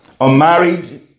unmarried